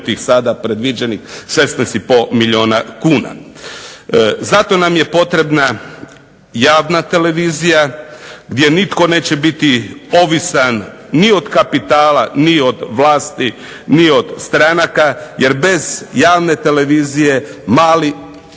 sada i predviđenih 16,5 milijuna kuna. Zato nam je potrebna Javna televizija gdje nitko neće biti ovisan ni od kapitala, ni od vlasti, ni od stranaka jer bez Javne televizije mali